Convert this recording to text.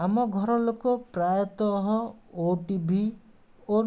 ଆମ ଘରର ଲୋକ ପ୍ରାୟତଃ ଓଟିଭି ଓ